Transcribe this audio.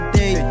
day